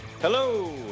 Hello